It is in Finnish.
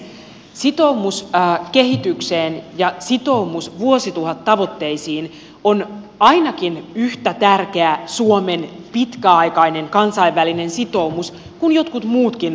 sitoumus kehitykseen ja sitoumus vuosituhattavoitteisiin on ainakin yhtä tärkeä suomen pitkäaikainen kansainvälinen sitoumus kuin jotkut muutkin ulkopoliittiset sitoumukset